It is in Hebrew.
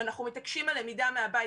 ואנחנו מתעקשים על למידה מהבית.